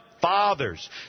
fathers